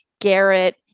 Garrett